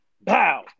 bow